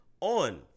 on